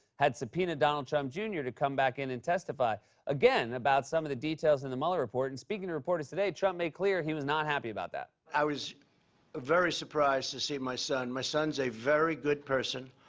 had subpoenaed donald trump jr. to come back in and testify again about some of the details in the mueller report. and speaking to reporters today, trump made clear he was not happy about that. i was very surprised to see my son my son's a very good person,